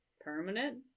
permanent